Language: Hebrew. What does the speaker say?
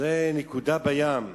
זו נקודה בים.